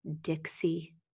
Dixie